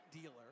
dealer